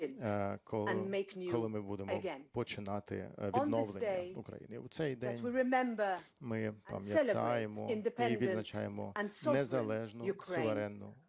коли ми будемо починати відновлення України. У цей день ми пам'ятаємо і відзначаємо незалежну, суверенну Україну.